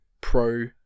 pro